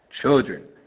children